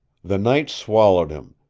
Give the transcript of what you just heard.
the night swallowed him.